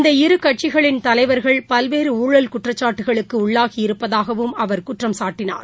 இந்த இரு கட்சிகளின் தலைவர்கள் பல்வேறுமாழல் குற்றச்சாட்டுக்களுக்குஉள்ளாகி இருப்பதூகவும் அவர் குற்றம்சாட்டினார்